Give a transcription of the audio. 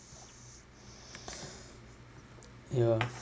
ya